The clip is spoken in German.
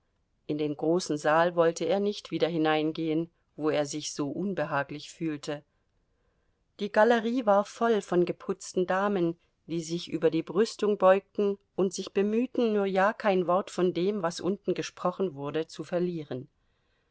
in den großen saal wollte er nicht wieder hineingehen wo er sich so unbehaglich fühlte die galerie war voll von geputzten damen die sich über die brüstung beugten und sich bemühten nur ja kein wort von dem was unten gesprochen wurde zu verlieren